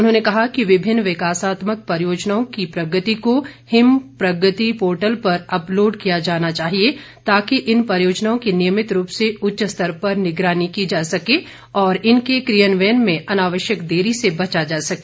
उन्होंने कहा कि विभिन्न विकासात्मक परियोजनाओं की प्रगति को हिम प्रगति पोर्टल पर अपलोड़ किया जाना चाहिए ताकि इन परियोजनाओं की नियमित रूप से उच्च स्तर पर निगरानी की जा सके और इनके कियान्वयन में अनावश्यक देरी से बचा जा सके